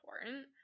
important